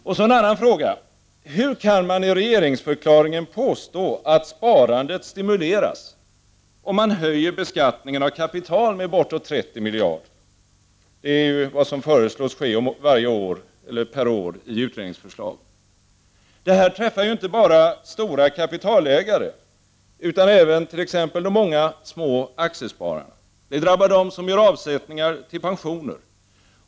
Och så en annan fråga: Hur kan man i regeringsförklaringen påstå att sparandet stimuleras, om man höjer beskattningen av kapital med bortåt 30 miljarder om året, så som föreslås i utredningsförslaget? Det träffar ju inte bara stora kapitalägare utan även t.ex. de många små aktiespararna. Det drabbar dem som gör avsättningar till pensioner.